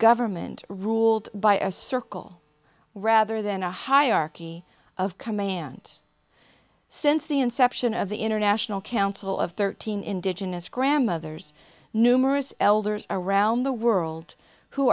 government ruled by a circle rather than a hierarchy of command since the inception of the international council of thirteen indigenous grandmothers numerous elders around the world who